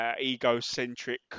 egocentric